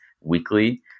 weekly